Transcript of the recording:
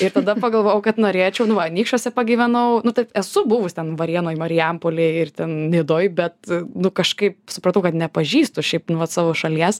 ir tada pagalvojau kad norėčiau nu va anykščiuose pagyvenau nu taip esu buvus ten varėnoj marijampolėj ir ten nidoj bet nu kažkaip supratau kad nepažįstu šiaip nu vat savo šalies